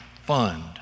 fund